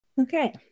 Okay